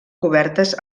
cobertes